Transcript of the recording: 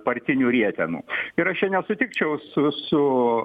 partinių rietenų ir aš čia nesutikčiau su su